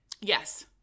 Yes